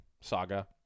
saga